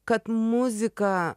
kad muzika